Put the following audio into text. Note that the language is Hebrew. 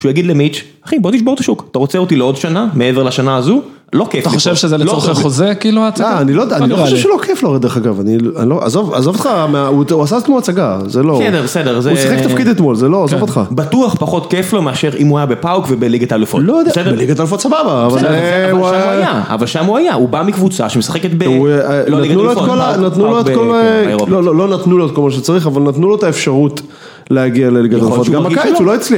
שהוא יגיד למיטץ׳ אחי בוא נשבור את השוק אתה רוצה אותי לעוד שנה מעבר לשנה הזו. לא כיף. אתה חושב שזה לצורכי חוזה כאילו. אני לא יודע אני חושב שלא כיף לו דרך אגב אני לא. עזוב עזוב אותך הוא עשה אתמול הצגה זה לא. כן אה.. בסדר בסדר. הוא שיחק תפקיד אתמול עזוב אותך. בטוח פחות כיף לו מאשר אם הוא היה בפאוק ובליגת האלופות. בסדר בליגת האלופות סבבה. אבל שם הוא היה הוא בא מקבוצה שמשחקת בא.. לא בליגת האלופות. נתנו לו את.. לא נתנו לו את כל מה שצריך אבל נתנו לו את האפשרות להגיע לליגת האלופות. גם בקיץ הוא לא הצליח